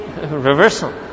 reversal